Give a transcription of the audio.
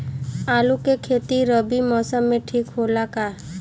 आलू के खेती रबी मौसम में ठीक होला का?